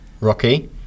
Rocky